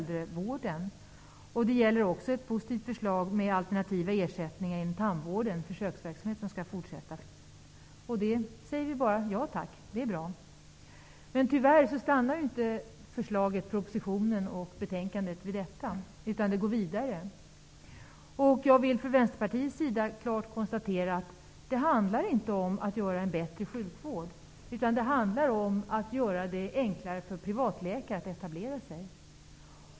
Det gäller också ett positivt förslag om att försöksverksamhet med alternativa ersättningar inom tandvården skall fortsätta. Till det säger vi bara: Ja tack, det är bra. Men tyvärr stannar inte förslagen i propositionen och betänkandet vid detta utan går vidare. Jag vill från Vänsterpartiets sida klart konstatera att förslagen inte handlar om att skapa en bättre sjukvård utan om att göra det enklare för privatläkare att etablera sig.